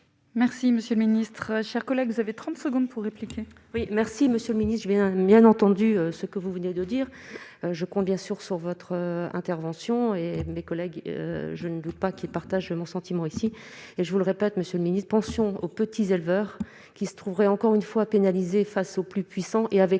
Merci monsieur le ministre, chers collègues, vous avez 30 secondes pour répliquer. Oui, merci Monsieur le Ministre, je viens bien entendu ce que vous venez de dire je compte bien sûr sur votre intervention et mes collègues, je ne dis pas qu'il partage mon sentiment ici et je vous le répète, Monsieur le Ministre, pensions aux petits éleveurs qui se trouveraient encore une fois, pénaliser face aux plus puissants, et avec